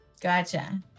gotcha